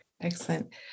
Excellent